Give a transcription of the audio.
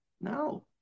No